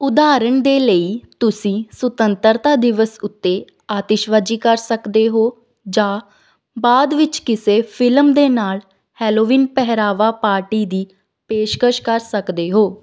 ਉਦਾਹਰਣ ਦੇ ਲਈ ਤੁਸੀਂ ਸੁਤੰਤਰਤਾ ਦਿਵਸ ਉੱਤੇ ਆਤਿਸ਼ਬਾਜ਼ੀ ਕਰ ਸਕਦੇ ਹੋ ਜਾ ਬਾਅਦ ਵਿੱਚ ਕਿਸੇ ਫਿਲਮ ਦੇ ਨਾਲ ਹੈਲੋਵੀਨ ਪਹਿਰਾਵਾ ਪਾਰਟੀ ਦੀ ਪੇਸ਼ਕਸ਼ ਕਰ ਸਕਦੇ ਹੋ